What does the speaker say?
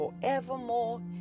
forevermore